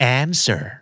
answer